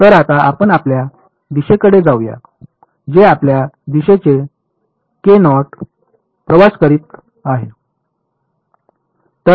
तर आता आपण आपल्या दिशेकडे जाऊया जे आपल्या दिशेने प्रवास करीत आहेत